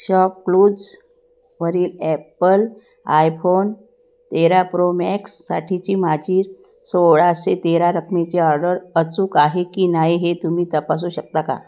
ShopClues वरील Apple iPhone तेरा प्रोमॅक्ससाठीची माझी सोळाशे तेरा रकमेची ऑर्डर अचूक आहे की नाही हे तुम्ही तपासू शकता का